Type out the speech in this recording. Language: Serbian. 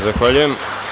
Zahvaljujem.